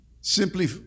simply